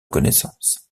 connaissance